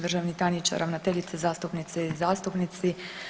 Državni tajniče, ravnateljice, zastupnice i zastupnici.